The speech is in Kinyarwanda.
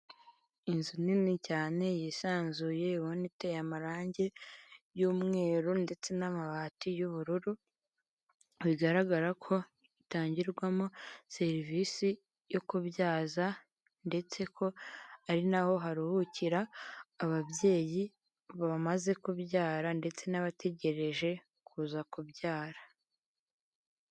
Inzu nini cyane yisanzuye ubona iteye amarange y'umweru, ndetse n'amabati y'ubururu, bigaragara ko itangirwamo serivisi yo kubyaza, ndetse ko ari naho haruhukira ababyeyi bamaze kubyara, ndetse n'abategereje kuza kubyara.